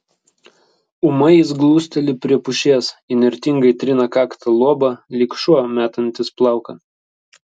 ūmai jis glusteli prie pušies įnirtingai trina kakta luobą lyg šuo metantis plauką